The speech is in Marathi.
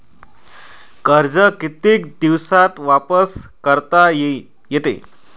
कर्ज कितीक दिवसात वापस करता येते?